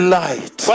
light